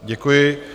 Děkuji.